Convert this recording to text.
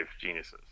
geniuses